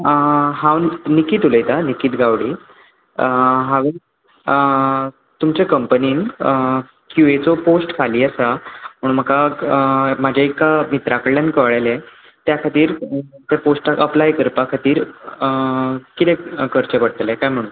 हांव निकीत उलयतां निकीत गावडे हांवेन तुमचे कंपनीन सीएचो पोस्ट खाली आसा म्हूण म्हाका म्हाजे एका मित्रा कडल्यान कळिल्लें त्या खातीर ते पोस्टा अप्लाय करपा खातीर कितें करचें पडटलें कांय म्हणून